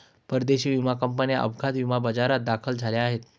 परदेशी विमा कंपन्या अपघात विमा बाजारात दाखल झाल्या आहेत